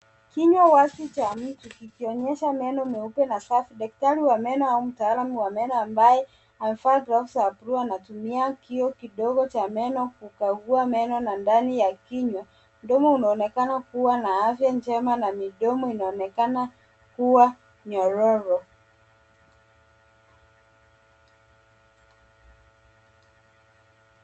Kinywa wazi cha mtu kikionyesha meno meupe na safi . Daktari wa meno au mtalamu wa meno ambaye amevaa glavu za bluu anatumia kioo kidogo cha meno kukagua meno na ndani ya kinywa. Mdomo unaonekana kuwa na afya njema na midomo inaonekana kuwa nyororo.